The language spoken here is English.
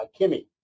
Kimmy